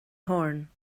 horn